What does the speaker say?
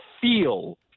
feel